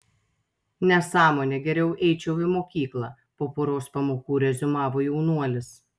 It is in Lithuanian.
nesąmonė geriau eičiau į mokyklą po poros pamokų reziumavo jaunuolis